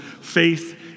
faith